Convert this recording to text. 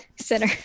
center